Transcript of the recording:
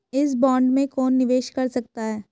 इस बॉन्ड में कौन निवेश कर सकता है?